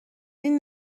این